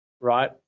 Right